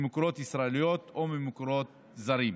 ממקורות ישראליים או ממקורות זרים,